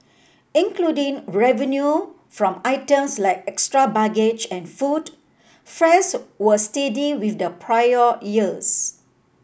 including revenue from items like extra baggage and food fares were steady with the prior year